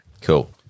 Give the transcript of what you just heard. Cool